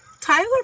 Tyler